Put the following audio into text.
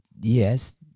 Yes